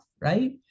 right